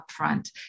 upfront